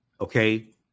okay